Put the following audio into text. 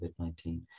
COVID-19